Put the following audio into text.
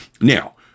now